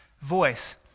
Voice